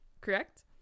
Correct